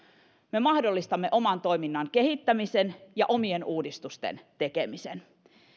me mahdollistamme oman toiminnan kehittämisen ja omien uudistusten tekemisen